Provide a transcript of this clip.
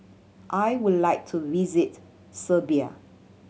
I would like to visit Serbia